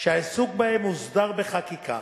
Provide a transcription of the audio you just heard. שהעיסוק בהם הוסדר בחקיקה.